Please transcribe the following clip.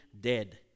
dead